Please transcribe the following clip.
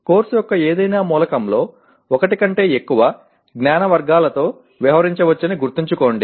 course యొక్క ఏదైనా మూలకంలో ఒకటి కంటే ఎక్కువ జ్ఞాన వర్గాలతో వ్యవహరించవచ్చని గుర్తుంచుకోండి